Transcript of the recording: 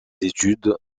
études